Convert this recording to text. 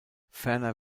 ferner